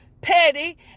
petty